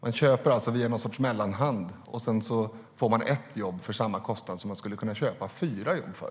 Man köper alltså ett jobb via någon sorts mellanhand, och sedan får man ett jobb för samma kostnad som man skulle kunna köpa fyra jobb för.